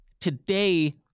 Today